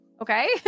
okay